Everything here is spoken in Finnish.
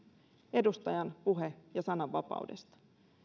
edustajan puhe ja sananvapaudesta